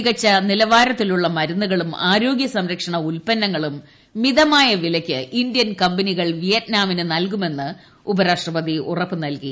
മികച്ച നിലവാരത്തിലുള്ള മരുന്നുകളും ആരോഗ്യ സംരക്ഷണ ഉൽപന്നങ്ങളും മിതമായ വിലയ്ക്ക് ഇന്ത്യൻ കമ്പനികൾ വിയറ്റ്നാമിന് നൽകുമെന്ന് ഉപരാഷ്ട്രപതി ഉറപ്പ് നൽകി